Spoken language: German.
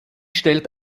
stellt